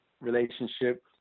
relationship